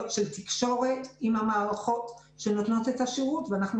תקשורת עם המערכות שנותנות את השירות ולפניות